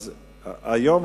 היום,